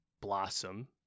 blossom